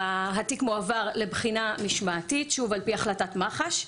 התיק מועבר לבחינה משמעתית, שוב על פי החלטת מח"ש.